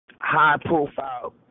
high-profile